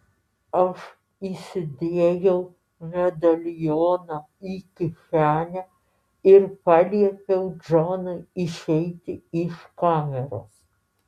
aš įsidėjau medalioną į kišenę ir paliepiau džonui išeiti iš kameros